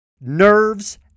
nerves